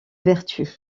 vertu